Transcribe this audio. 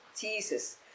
Jesus